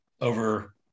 over